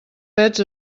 pets